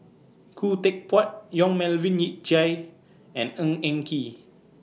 Khoo Teck Puat Yong Melvin Yik Chye and Ng Eng Kee